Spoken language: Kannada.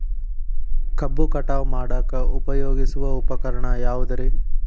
ಕಬ್ಬು ಕಟಾವು ಮಾಡಾಕ ಉಪಯೋಗಿಸುವ ಉಪಕರಣ ಯಾವುದರೇ?